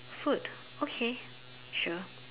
food okay sure